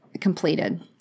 completed